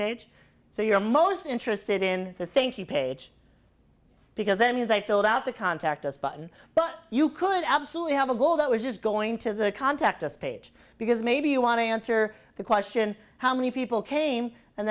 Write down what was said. page so you're most interested in the think the page because then his i filled out the contact us button but you could absolutely have a goal that was just going to the contact us page because maybe you want to answer the question how many people came and